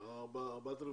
אבל את ה-4,500